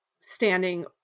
standing